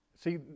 See